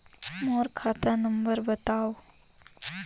मोर खाता नम्बर बताव?